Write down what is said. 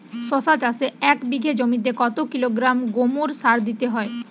শশা চাষে এক বিঘে জমিতে কত কিলোগ্রাম গোমোর সার দিতে হয়?